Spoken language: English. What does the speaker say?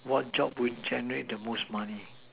what job would generate the most money